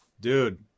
dude